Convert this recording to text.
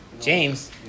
James